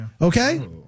Okay